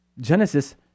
Genesis